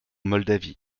moldavie